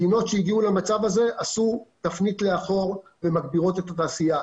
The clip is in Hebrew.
מדינות שהגיעו למצב הזה עשו תפנית לאחור ומגבירות את התעשייה.